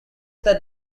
that